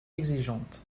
exigeantes